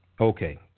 Okay